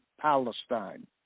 Palestine